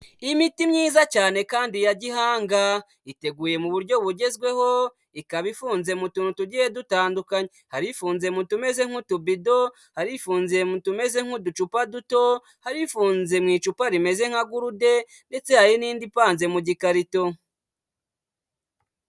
Imiti myiza cyane kandi ya gihanga, iteguye mu buryo bugezweho, ikaba ifunze mu tuntu tugiye dutandukanye. Hari ifunze mu tumeze nk'utubido, hari ifunze mu tumeze nk'uducupa duto, hari ifunze mu icupa rimeze nka gurude ndetse hari n'indi ipanze mu gikarito.